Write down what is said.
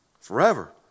forever